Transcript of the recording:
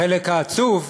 החלק העצוב זה,